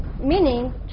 meaning